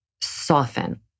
soften